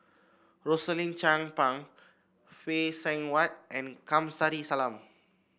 Rosaline Chan Pang Phay Seng Whatt and Kamsari Salam